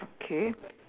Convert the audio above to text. okay